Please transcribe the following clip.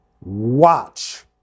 Watch